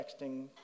texting